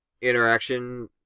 Interaction